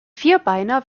vierbeiner